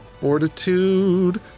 Fortitude